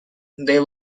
there